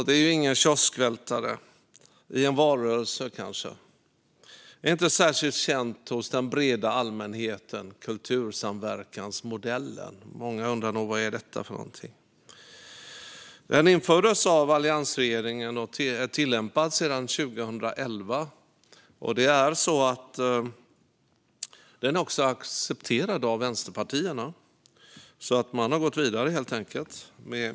Det är kanske inte en kioskvältare i en valrörelse. Det är inte särskilt känt hos den breda allmänheten. Många undrar nog vad kultursamverkansmodellen är för någonting. Den infördes av alliansregeringen och tillämpas sedan 2011. Den är också accepterad av vänsterpartierna. Man har helt enkelt gått vidare med den.